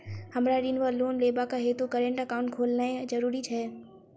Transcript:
हमरा ऋण वा लोन लेबाक हेतु करेन्ट एकाउंट खोलेनैय जरूरी छै?